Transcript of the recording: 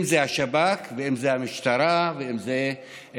אם זה השב"כ ואם זה המשטרה ואם אלה אחרים,